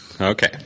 Okay